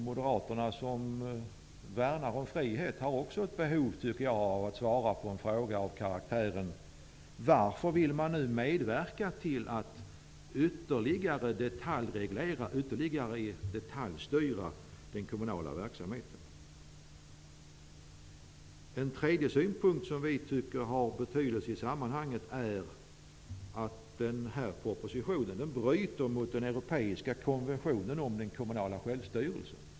Moderaterna, som värnar om frihet, borde också ställa sig frågan varför man nu vill medverka till att ytterligare detaljstyra den kommunala verksamheten. En annan synpunkt som har betydelse i sammanhanget är att propositionen bryter mot den europeiska konventionen om den kommunala självstyrelsen.